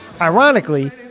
Ironically